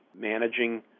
managing